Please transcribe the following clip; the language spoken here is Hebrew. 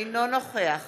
אינו נוכח